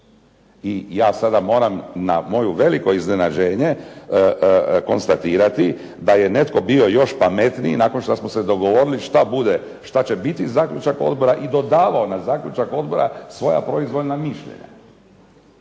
i ja sada moram na moje veliko iznenađenje konstatirati da je netko bio još pametniji nakon što smo se dogovorili šta bude, šta će biti zaključak odbora i dodavao na zaključak odbora svoja proizvoljna mišljenja.